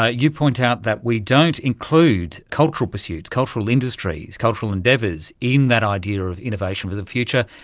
ah you point out that we don't include cultural pursuits, cultural industries, cultural endeavours in that idea of innovation for the future,